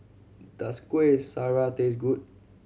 does Kuih Syara taste good